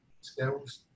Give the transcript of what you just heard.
skills